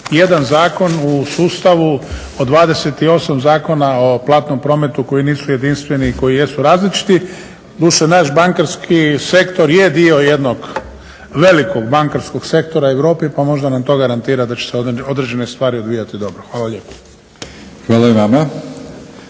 jedan zakon u sustavu od 28 Zakona o platnom prometu koji nisu jedinstveni i koji jesu različiti. Doduše naš bankarski sektor je dio jednog velikog bankarskog sektora u Europi, pa možda nam to garantira da će se određene stvari odvijati dobro. Hvala lijepa. **Batinić,